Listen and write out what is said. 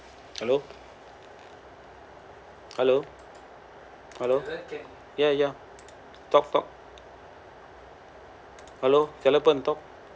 hello hello hello ya ya talk talk hello Sarapan talk